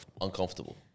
Uncomfortable